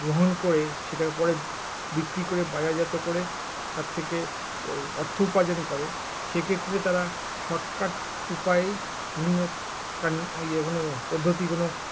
গ্রহণ করে সেটা পরে বিক্রি করে বাজারজাত করে তার থেকে অর্থ উপার্জন করে সেক্ষেত্রে তারা শর্টকাট উপায়েই বিভিন্ন পদ্ধতিগুলো